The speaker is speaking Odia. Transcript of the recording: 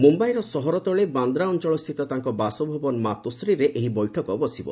ମୁମ୍ୟାଇର ସହରତଳୀ ବାନ୍ଦ୍ରା ଅଞ୍ଚଳ ସ୍ଥିତ ତାଙ୍କ ବାସଭବନ ମାତୋଶ୍ରୀରେ ଏହି ବୈଠକ ବସିବ